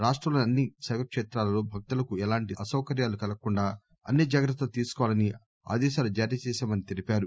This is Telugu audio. రాష్టంలోని అన్ని శైవకేత్రాలలో భక్తులకు ఎలాంటి అసౌకర్యాలు కలగకుండా అన్ని జాగ్రత్తలు తీసుకోవాలని ఆదేశాలు జారీ చేశామని ఆయన తెలిపారు